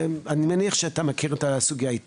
אני לא מכיר את כל הנספחים,